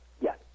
Yes